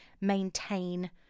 maintain